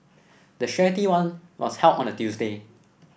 the charity run was held on a Tuesday